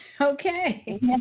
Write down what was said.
Okay